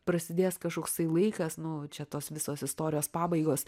prasidės kažkoksai laikas nu čia tos visos istorijos pabaigos